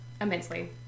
immensely